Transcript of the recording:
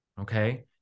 okay